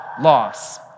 loss